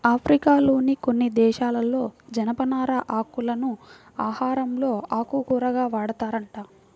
ఆఫ్రికాలోని కొన్ని దేశాలలో జనపనార ఆకులను ఆహారంలో ఆకుకూరగా వాడతారంట